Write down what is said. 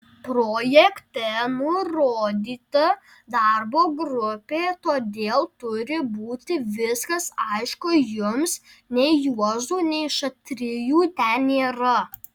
projekte nurodyta darbo grupė todėl turi būti viskas aišku jums nei juozų nei šatrijų ten nėra